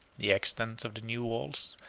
the extent of the new walls,